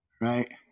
right